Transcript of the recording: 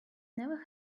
never